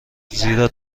زیرا